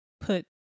put